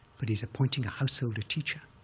but he's appointing a householder teacher,